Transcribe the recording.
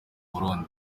burundi